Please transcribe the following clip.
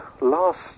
last